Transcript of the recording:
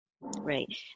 Right